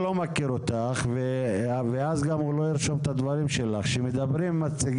איך אתה מציע